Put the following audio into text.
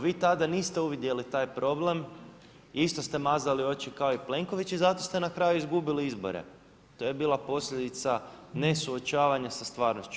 Vi tada niste uvidjeli taj problem, isto ste mazali oči kao i Plenković i zato ste na kraju izgubili izbore, to je bila posljedica nesuočavanja sa stvarnošću.